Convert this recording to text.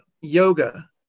yoga